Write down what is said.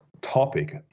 topic